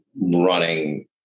running